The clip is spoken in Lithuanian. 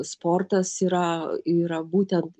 sportas yra yra būtent